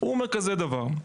הוא אומר כזה דבר: